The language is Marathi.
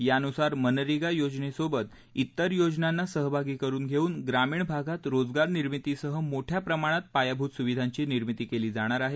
यानुसार मनरेगा योजनेसोबत इतर योजनांना सहभागी करुन घेऊन ग्रामीण भागात रोजगार निर्मितीसह मोठ्या प्रमाणात पायाभूत सुविधांची निर्मिती केली जाणार आहे